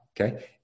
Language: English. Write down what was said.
Okay